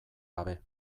gabe